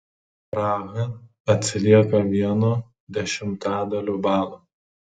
praha atsilieka vienu dešimtadaliu balo